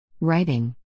Writing